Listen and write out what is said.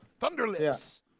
Thunderlips